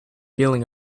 feeling